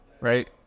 right